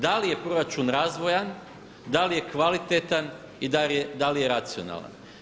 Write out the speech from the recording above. Da li je proračun razvojan, da li je kvalitetan i da li je racionalan.